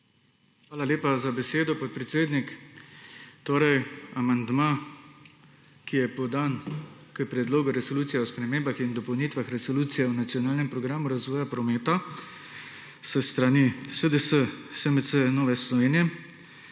Hvala lepa za besedo, podpredsednik. Torej, amandma, ki je podan k predlogu resolucije o spremembah in dopolnitvah resolucije o nacionalnem programu razvoja prometa s strani SDS, SMC in Nove Slovenije